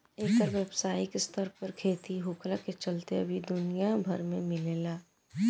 एकर व्यावसायिक स्तर पर खेती होखला के चलते अब इ दुनिया भर में मिलेला